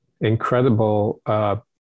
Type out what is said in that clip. incredible